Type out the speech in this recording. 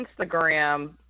Instagram